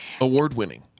Award-winning